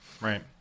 Right